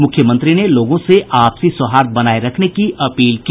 मुख्यमंत्री ने लोगों से आपसी सौहार्द बनाये रखने की अपील की